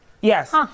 Yes